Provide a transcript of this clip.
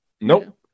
Nope